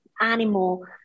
animal